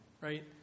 right